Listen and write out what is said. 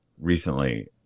recently